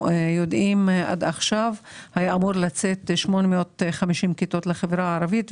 עד עכשיו היו אמורות לצאת 850 כיתות לחברה הערבית,